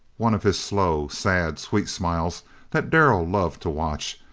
one of his slow, sad, sweet smiles that darrell loved to watch,